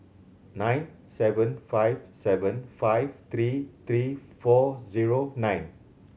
nine seven five seven five three three four zero nine